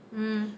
mm